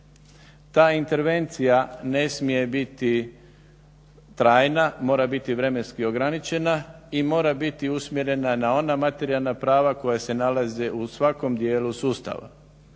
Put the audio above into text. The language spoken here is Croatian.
Ta intervencija ne smije biti trajna, mora biti vremenski ograničena i mora biti usmjerena na ona materijalna prava koja se nalaze u svakom dijelu sustava.